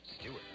Stewart